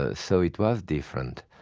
ah so it was different,